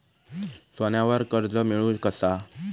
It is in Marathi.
सोन्यावर कर्ज मिळवू कसा?